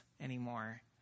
anymore